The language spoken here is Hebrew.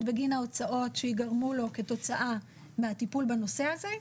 בגין ההוצאות שייגרמו לו כתוצאה מהטיפול בנושא הזה.